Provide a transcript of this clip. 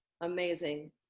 amazing